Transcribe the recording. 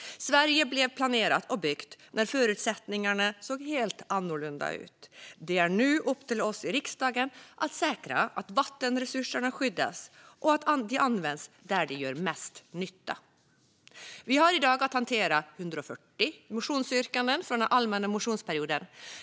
Sverige planerades och byggdes när förutsättningarna såg helt annorlunda ut. Det är nu upp till oss i riksdagen att säkra att vattenresurserna skyddas och används där de gör mest nytta. Vi har i dag att hantera 140 motionsyrkanden från den allmänna motionsperioden.